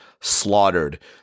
Slaughtered